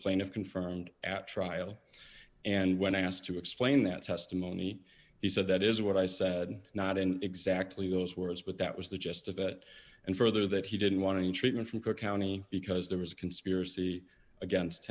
plaintiff confirmed at trial and when asked to explain that testimony he said that is what i said not in exactly those words but that was the gist of it and further that he didn't want to treatment from cook county because there was a conspiracy against